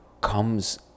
comes